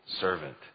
servant